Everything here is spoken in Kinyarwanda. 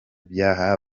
byaha